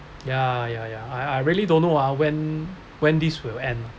ya ya ya I I really don't know ah when when this will end